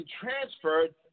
transferred